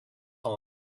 owner